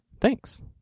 thanks